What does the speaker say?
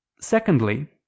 secondly